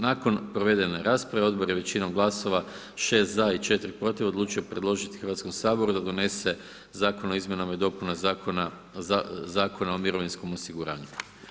Nakon provedene rasprave, Odbor je većinom glasova, 6 ZA i 4 PROTIV, odlučio predložiti Hrvatskom saboru da donese Zakon o izmjenama i dopuna Zakona o mirovinskom osiguranju.